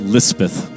Lisbeth